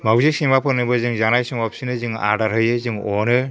मावजि सैमाफोरनोबो जों जानाय समाव बिसोरनो जों आदार हायो जों अनो